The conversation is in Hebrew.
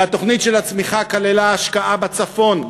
והתוכנית של הצמיחה כללה השקעות בצפון,